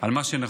על מה שנכון